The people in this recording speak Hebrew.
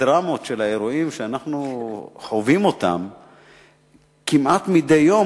הדרמות של האירועים שאנחנו חווים כמעט מדי יום,